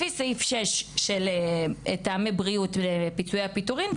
לפי סעיף 6 של טעמי בריאות לפיצויי הפיטורין,